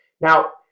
Now